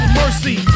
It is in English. mercy